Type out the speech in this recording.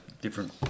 different